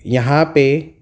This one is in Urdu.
یہاں پہ